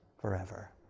forever